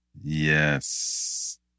Yes